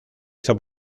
hizo